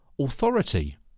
authority